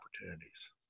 opportunities